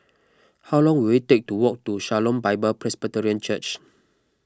how long will it take to walk to Shalom Bible Presbyterian Church